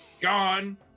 gone